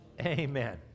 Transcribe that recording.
Amen